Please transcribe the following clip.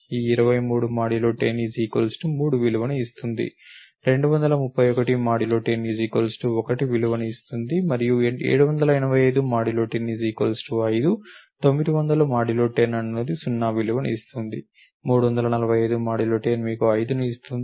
ఈ 23 10 3 విలువను ఇస్తుంది 231 10 1 విలువను ఇస్తుంది మరియు 785 10 5 900 10 అనునది 0 విలువను ఇస్తుంది 345 10 మీకు 5ని ఇస్తుంది